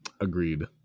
agreed